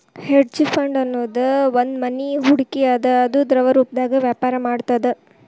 hedge fund ಅನ್ನೊದ್ ಒಂದ್ನಮನಿ ಹೂಡ್ಕಿ ಅದ ಅದು ದ್ರವರೂಪ್ದಾಗ ವ್ಯಾಪರ ಮಾಡ್ತದ